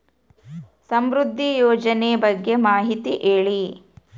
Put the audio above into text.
ಸಮೃದ್ಧಿ ಯೋಜನೆ ಬಗ್ಗೆ ಮಾಹಿತಿ ಹೇಳಿ?